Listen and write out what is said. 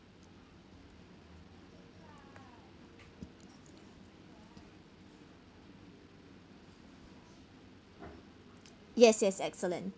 yes yes excellent